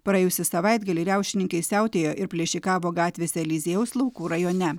praėjusį savaitgalį riaušininkai siautėjo ir plėšikavo gatvėse eliziejaus laukų rajone